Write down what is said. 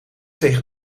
tegen